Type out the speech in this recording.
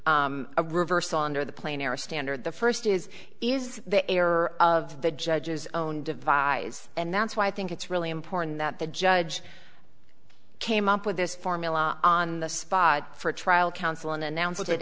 or a reverse onder the plane or a standard the first is is the error of the judge's own devise and that's why i think it's really important that the judge came up with this formula on the spot for a trial counsel an announce